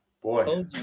Boy